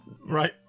Right